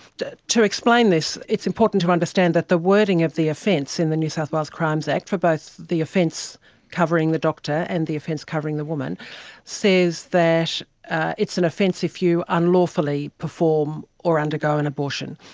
to explain this, it's important to understand that the wording of the offence in the new south wales crimes act for both the offence covering the doctor and the offence covering the woman says that it's an offence if you unlawfully perform or undergo an abortion.